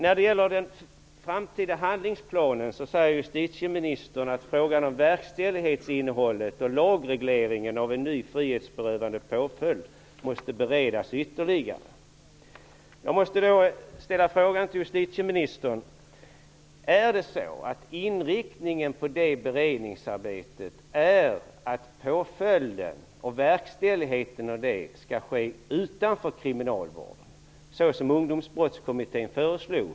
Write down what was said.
När det gäller den framtida handlingsplanen säger justitieministern att frågan om verkställighetsinnehållet och lagregleringen av en ny frihetsberövande påföljd måste beredas ytterligare. Då måste jag fråga justitieministern: Är inriktningen på det beredningsarbetet att påföljden och verkställigheten av den skall ske utanför kriminalvården, som Ungdomsbrottskommittén föreslog?